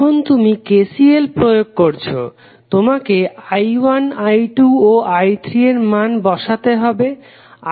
এখন তুমি KCL প্রয়োগ করেছো তোমাকে I1 I2 ও I3 এর মান বসাতে হবে